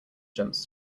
jumps